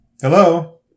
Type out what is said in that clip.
Hello